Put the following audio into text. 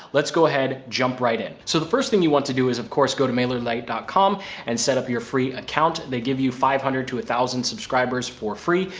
let's go ahead, jump right in. so the first thing you want to do is of course, go to mailerlite dot com and set up your free account. they give you five hundred to a thousand subscribers for free.